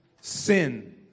Sin